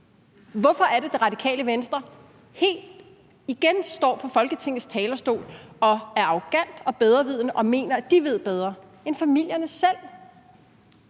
Hvorfor er det, at Radikale Venstre igen står på Folketingets talerstol og er arrogante og bedrevidende og mener, at de ved bedre end familierne selv?